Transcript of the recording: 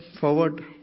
forward